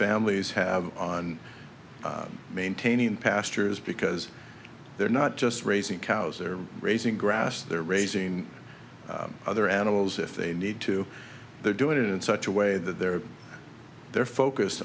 families have on maintaining pastures because they're not just raising cows they're raising grass they're raising other animals if they need to they're doing it in such a way that they're they're focus